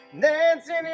Dancing